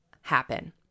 happen